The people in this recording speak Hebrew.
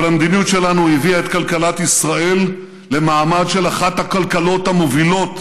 אבל המדיניות שלנו הביאה את כלכלת ישראל למעמד של אחת הכלכלות המובילות,